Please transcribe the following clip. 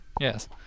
yes